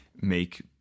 make